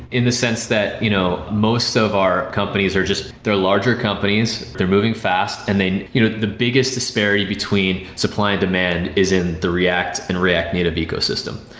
in the sense that you know most of our companies are just they're larger companies, they're moving fast. and you know the biggest disparity between supply and demand is in the react and react native ecosystem.